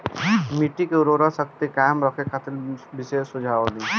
मिट्टी के उर्वरा शक्ति कायम रखे खातिर विशेष सुझाव दी?